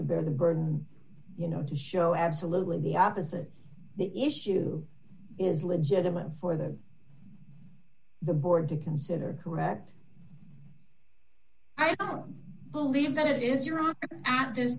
to bear the burden you know to show absolutely the opposite the issue is legitimate for the the board to consider correct i don't believe that it is you